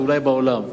אולי בעולם.